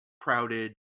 crowded